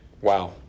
Wow